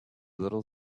little